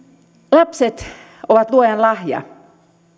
lapset ovat luojan lahja